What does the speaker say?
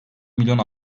milyon